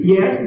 Yes